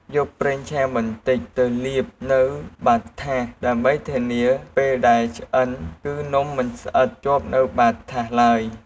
យកប្រេងឆាបន្តិចទៅលាបនៅបាតថាស ដើម្បីធានាពេលដែលឆ្អិនគឺនំមិនស្អិតជាប់នៅបាតថាសឡើយ។